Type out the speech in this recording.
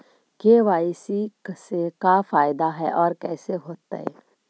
KYC से का फायदा है और कैसे होतै?